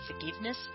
forgiveness